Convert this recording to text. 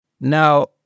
Now